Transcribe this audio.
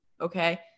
Okay